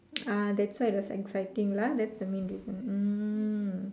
ah that side was exciting lah that's the main reason hmm